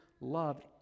love